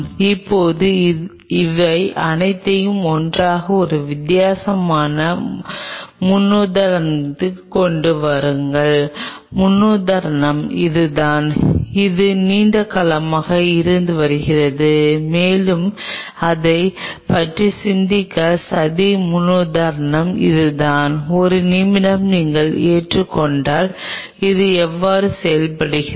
இப்போது இது அனைத்தையும் ஒன்றாக ஒரு வித்தியாசமான முன்னுதாரணத்திற்கு கொண்டு வருகிறது முன்னுதாரணம் இதுதான் இது நீண்ட காலமாக இருந்து வருகிறது மேலும் அதைப் பற்றி சிந்திக்கும் சதி முன்னுதாரணம் இதுதான் ஒரு நிமிடம் நாங்கள் ஏற்றுக்கொண்டால் இது எவ்வாறு செயல்படுகிறது